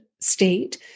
state